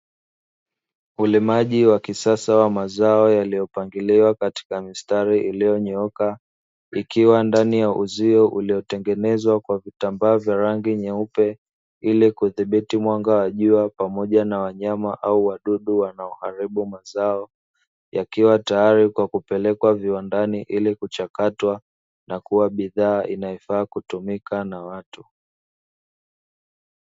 Ulimaji wa kisasa wa mazao yaliyopangiliwa katika mistari iliyonyooka, likiwa ndani ya uzio uliotengenezwa kwa vitambaa vya rangi nyeupe ili kudhibiti mwanga wa jua pamoja na wanyama au wadudu wanaoharibu mazao, yakiwa tayari kwa kupelekwa viwandani ili kuchakatwa na kuwa bidhaa inayofaa kutumika na watu.